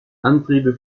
antriebe